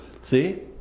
See